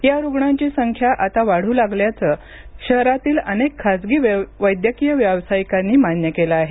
या रुग्णांची संख्या आता वाढू लागल्याचं शहरातील अनेक खासगी वैद्यकीय व्यावसायिकांनी मान्य केलं आहे